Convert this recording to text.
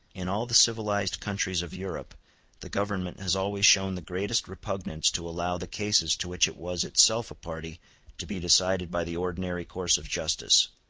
in all the civilized countries of europe the government has always shown the greatest repugnance to allow the cases to which it was itself a party to be decided by the ordinary course of justice.